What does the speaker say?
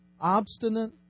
obstinate